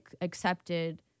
accepted